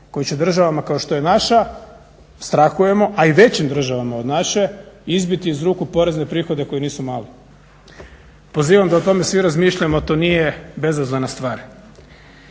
koji će državama kao što je naša strahujemo, a i većim državama od naše, izbiti iz ruku porezne prihode koji nisu mali. Pozivam da o tome svi razmišljamo, to nije bezazlena stvar.